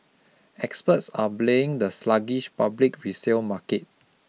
experts are blaming the sluggish public resale market